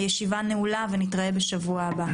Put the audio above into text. נתראה בשבוע הבא.